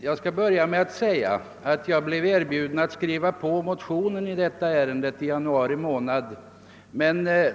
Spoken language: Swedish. Jag skall börja med att säga, att jag blev erbjuden att skriva på motionen i detta ärende i januari månad.